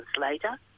later